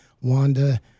Wanda